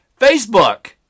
Facebook